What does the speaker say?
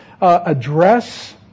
address